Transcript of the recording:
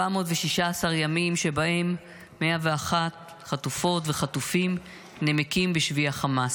416 ימים שבהם 101 חטופות וחטופים נמקים בשבי החמאס.